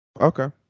Okay